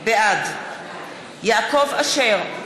בעד יעקב אשר,